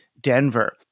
Denver